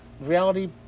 reality